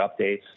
updates